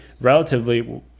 relatively